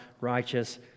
righteous